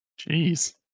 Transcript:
Jeez